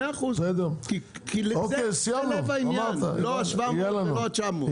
מאה אחוז, כי זה לב העניין, לא ה-700 ולא ה-900.